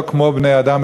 לא כמו בני-אדם,